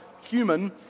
human